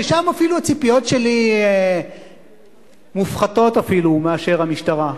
ששם אפילו הציפיות שלי מופחתות מאשר מהמשטרה,